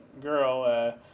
girl